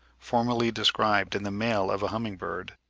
formerly described in the male of a humming-bird,